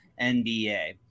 NBA